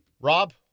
Rob